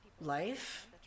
life